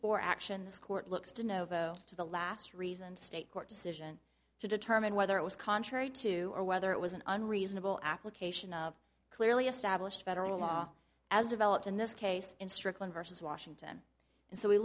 four action this court looks to novo to the last reasoned state court decision to determine whether it was contrary to or whether it was an unreasonable application of clearly established federal law as developed in this case in strickland vs washington and so we